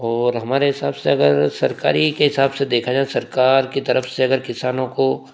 और हमारे हिसाब से अगर सरकारी के हिसाब से देखा जाए तो सरकार के तरफ से अगर किसानों को